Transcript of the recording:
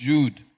Jude